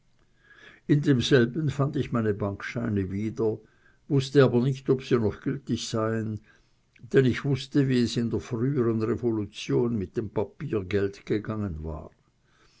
in demselben fand ich meine bankscheine wieder wußte aber nicht ob sie noch gültig seien ich wußte wie es in der frühern revolution mit dem papiergeld gegangen war